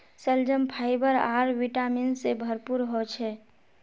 शलजम फाइबर आर विटामिन से भरपूर ह छे